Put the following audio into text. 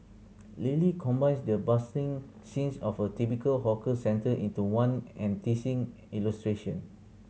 Lily combines the bustling scenes of a typical hawker centre into one enticing illustration